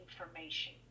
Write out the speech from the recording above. information